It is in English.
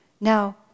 Now